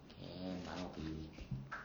can but not to you